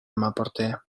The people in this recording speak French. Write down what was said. m’apporter